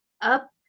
up